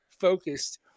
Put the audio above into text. focused